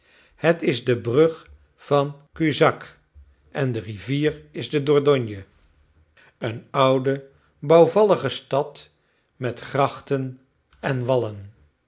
het is de brug van cubzac en de rivier is de dordogne een oude bouwvallige stad met grachten en wallen